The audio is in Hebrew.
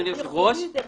אדוני היושב-ראש,